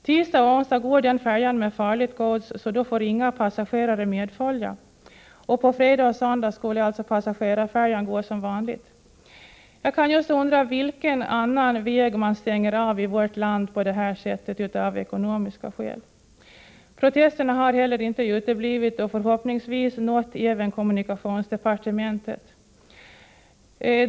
Tisdag och onsdag går den färjan med farligt gods, så då får inga passagerare medfölja och på fredag och söndag skulle alltså passagerarfärjan gå som vanligt. Jag kan just undra vilken annan väg man stänger av i vårt land på detta sätt av ekonomiska skäl. Protesterna har heller inte uteblivit och förhoppningsvis nått även kommunikationsdepartementet.